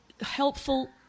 helpful